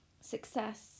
success